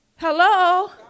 hello